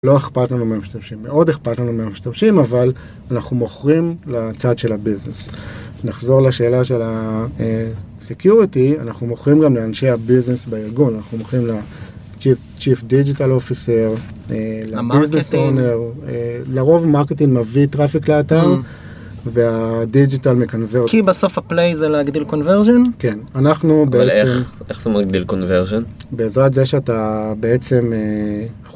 לא אכפת לנו מה מהמשתמשים, מאוד אכפת לנו מה מהמשתמשים, אבל אנחנו מוכרים לצד של הביזנס. נחזור לשאלה של ה-Security, אנחנו מוכרים גם לאנשי הביזנס בארגון, אנחנו מוכרים ל-Chief Digital Officer, ל-Business Owner, לרוב מרקטינג מביא טראפיק לאתר, וה-Digital מקנברט, כי בסוף הפליי זה להגדיל קונברג'ן? כן, אנחנו בעצם, אבל איך, איך זה מגדיל קונברג'ן? בעזרת זה שאתה בעצם,